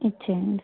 ఇచ్చేయండి